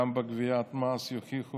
גם בגביית המס, יוכיחו